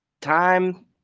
time